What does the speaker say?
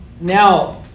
Now